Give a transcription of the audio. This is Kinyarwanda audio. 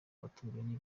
baturanyi